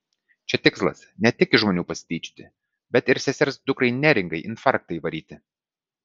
čia tikslas ne tik iš žmonių pasityčioti bet ir sesers dukrai neringai infarktą įvaryti